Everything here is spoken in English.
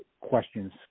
questions